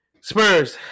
Spurs